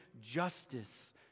justice